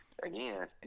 Again